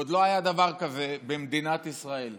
עוד לא היה דבר כזה במדינת ישראל,